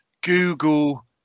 Google